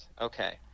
Okay